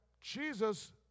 Jesus